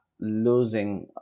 losing